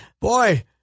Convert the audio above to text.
Boy